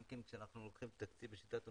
גם כשלוקחים את התקציב בשיטת הנומרטור.